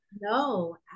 No